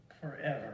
forever